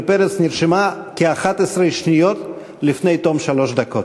פרץ נרשמה כ-11 שניות לפני תום שלוש דקות,